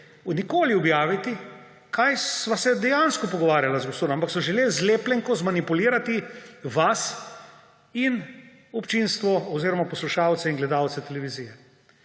nikoli objaviti, kaj sva se dejansko pogovarjala z gospodom, ampak so želeli z lepljenko zmanipulirati vas in občinstvo oziroma poslušalce in gledalce televizije.